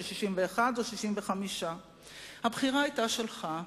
של 61 או 65. הבחירה היתה שלך,